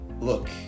Look